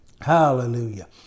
Hallelujah